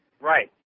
Right